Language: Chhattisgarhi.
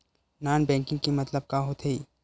नॉन बैंकिंग के मतलब का होथे?